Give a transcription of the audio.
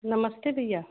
नमस्ते भैया